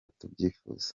tubyifuza